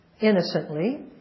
innocently